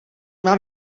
mám